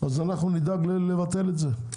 אז אנחנו נדאג לבטל את זה.